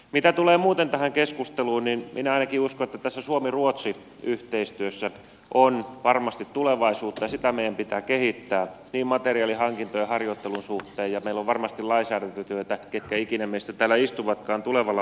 mitä tulee muuten tähän keskusteluun niin minä ainakin uskon että tässä suomiruotsi yhteistyössä on varmasti tulevaisuutta ja sitä meidän pitää kehittää niin materiaalihankintojen kuin harjoittelun suhteen ja meillä on varmasti lainsäädäntötyötä ketkä ikinä meistä täällä istuvatkaan tulevalla vaalikaudella